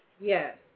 Yes